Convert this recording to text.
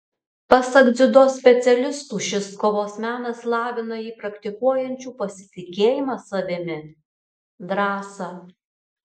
pasak dziudo specialistų šis kovos menas lavina jį praktikuojančių pasitikėjimą savimi drąsą